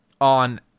on